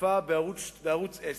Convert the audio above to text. שנחשפה בערוץ-10,